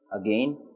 Again